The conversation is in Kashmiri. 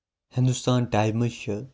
ہِنٛدوستان ٹایمٔز چھُ